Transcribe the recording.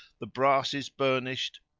the brasses burnisht,